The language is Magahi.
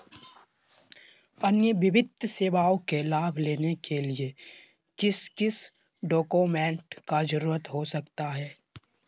अन्य वित्तीय सेवाओं के लाभ लेने के लिए किस किस डॉक्यूमेंट का जरूरत हो सकता है?